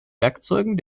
werkzeugen